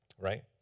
right